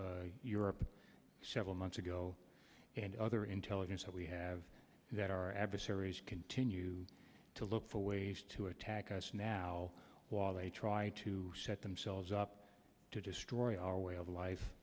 leaving europe several months ago and other intelligence so we have that our adversaries continue to look for ways to attack us now while they try to set themselves up to destroy our way of life